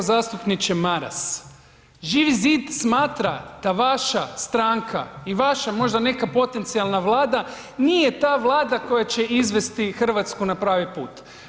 Kolega zastupniče Maras, Živi zid smatra da vaša stranka i vaša možda neka potencijalna vlada nije ta vlada koja će izvesti Hrvatsku na pravi put.